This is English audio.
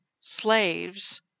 slaves